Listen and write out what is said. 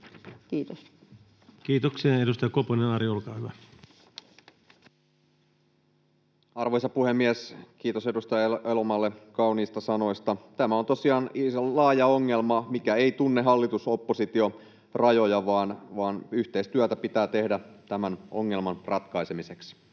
Kiitos. Kiitoksia. — Edustaja Koponen, Ari, olkaa hyvä. Arvoisa puhemies! Kiitos edustaja Elomaalle kauniista sanoista. Tämä on tosiaan laaja ongelma, joka ei tunne hallitus—oppositio-rajoja, vaan yhteistyötä pitää tehdä tämän ongelman ratkaisemiseksi.